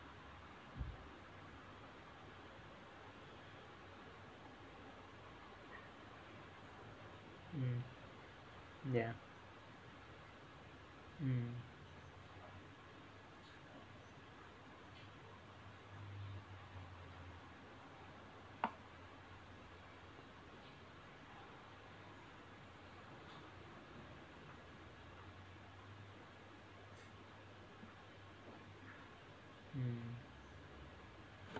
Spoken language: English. um ya um